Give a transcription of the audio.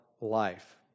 life